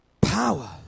Power